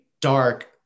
dark